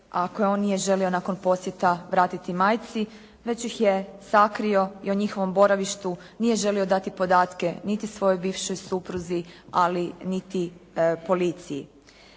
a koje on nije želio nakon posjeta vratiti majci, već ih je sakrio i o njihovom boravištu nije želio dati podatke niti svojoj bivšoj supruzi, ali niti policiji.